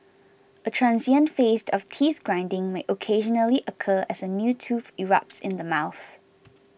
a transient phase of teeth grinding may occasionally occur as a new tooth erupts in the mouth